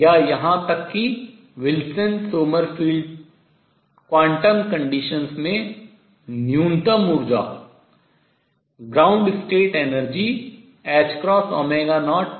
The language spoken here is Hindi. या यहां तक कि Wilson Sommerfeld quantum conditions quantum शर्तों में न्यूनतम ऊर्जा ground state energy आद्य अवस्था ऊर्जा 02 है